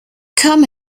come